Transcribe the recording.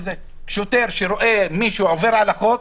שוטר שרואה מישהו עובר על החוק,